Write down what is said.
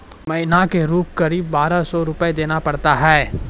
महीना के रूप क़रीब बारह सौ रु देना पड़ता है?